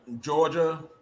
Georgia